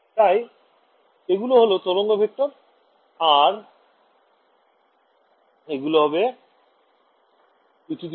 তাই এগুলো হল তরঙ্গ ভেক্টর আর এগুলো হবে ejk·r